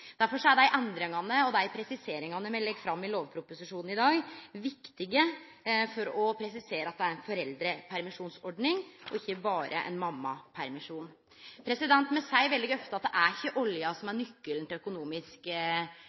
er dei endringane og dei presiseringane me legg fram i lovproposisjonen i dag, viktige for å presisere at det er ei foreldrepermisjonsordning og ikkje berre ein mammapermisjon. Me seier veldig ofte at det ikkje er olja som er nøkkelen til økonomisk